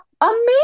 Amazing